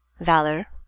valor